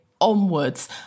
onwards